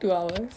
two hours